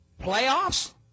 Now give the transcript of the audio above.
Playoffs